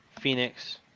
Phoenix